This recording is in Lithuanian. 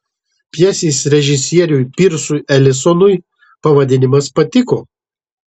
pjesės režisieriui pirsui elisonui pavadinimas patiko